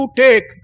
take